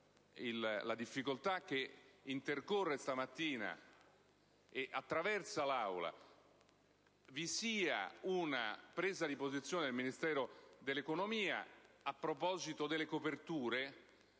la difficoltà che stamattina attraversa l'Assemblea vi sia una presa di posizione del Ministero dell'economia a proposito delle coperture,